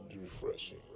refreshing